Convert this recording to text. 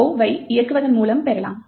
o வை இயக்குவதன் மூலம் பெறலாம்